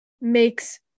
Makes